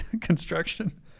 construction